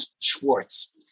Schwartz